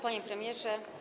Panie Premierze!